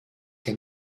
que